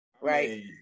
right